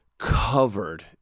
covered